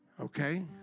Okay